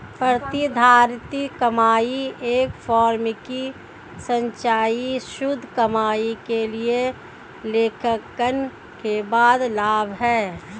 प्रतिधारित कमाई एक फर्म की संचयी शुद्ध कमाई के लिए लेखांकन के बाद लाभ है